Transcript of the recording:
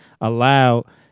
allowed